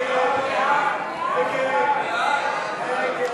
סעיפים 22 26 נתקבלו.